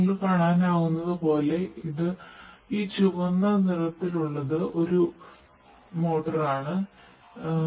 നിങ്ങൾക്ക് കാണാനാകുന്നതുപോലെ ഈ ചുവന്ന നിരത്തിലുള്ളത് ഒരു മോട്ടോർ ആണ്